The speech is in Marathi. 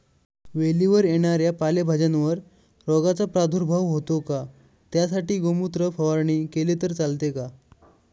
वेलीवर येणाऱ्या पालेभाज्यांवर रोगाचा प्रादुर्भाव होतो का? त्यासाठी गोमूत्र फवारणी केली तर चालते का?